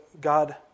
God